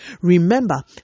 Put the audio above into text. Remember